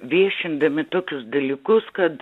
viešindami tokius dalykus kad